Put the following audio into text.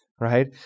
Right